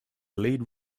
lead